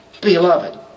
beloved